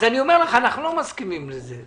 אז אני אומר לך, אנחנו לא מסכימים לזה.